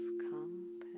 come